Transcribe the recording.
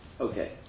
Okay